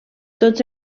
tots